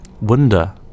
wonder